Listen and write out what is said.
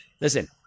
listen